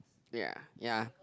ya ya